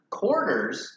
quarters